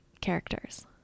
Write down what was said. characters